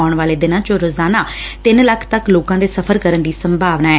ਆਉਣ ਵਾਲੇ ਦਿਨਾਂ ਚ ਰੋਜ਼ਾਨਾ ਤਿੰਨ ਲੱਖ ਤੱਕ ਲੋਕਾਂ ਦੇ ਸਫ਼ਰ ਕਰਨ ਦੀ ਸੰਭਾਵਨਾ ਐ